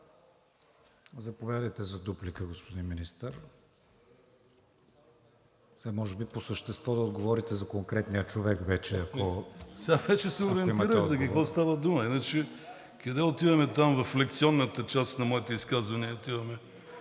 Заповядайте за дуплика, господин Министър. Сега може би по същество да отговорите за конкретния човек вече, ако имате отговор. МИНИСТЪР БОЙКО РАШКОВ: Сега вече се ориентирах за какво става дума. Иначе къде отиваме там в лекционната част на моите изказвания. Пък аз